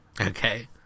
okay